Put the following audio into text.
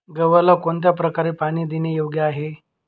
गव्हाला कोणत्या प्रकारे पाणी देणे योग्य आहे?